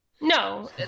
No